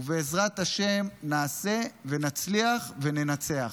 ובעזרת השם נעשה ונצליח וננצח.